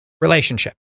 relationship